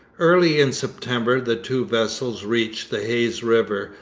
early in september the two vessels reached the hayes river,